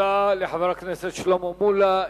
תודה לחבר הכנסת שלמה מולה.